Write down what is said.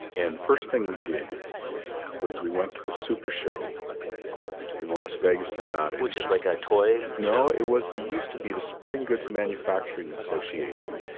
and first thing we did was we went to the super show in las vegas, nev. and which is like a toy show? no, it was the used to be the sporting goods manufacturing and association